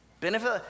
Benefit